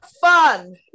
fun